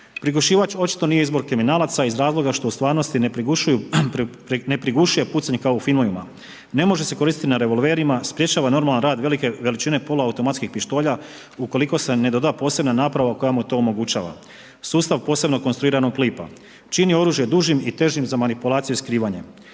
Prigušivač očito nije izbor kriminalaca iz razloga što u stvarnosti ne prigušuje pucanje kao u filmovima. Ne može se koristiti na revolverima, sprječava normalan rad velike veličine poluautomatskih pištolja ukoliko se ne doda posebna naprava koja mu to omogućava. Sustav posebno konstruiranog klipa čini oružje dužim i težim za manipulaciju i skrivanje.